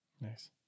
Nice